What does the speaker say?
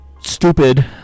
stupid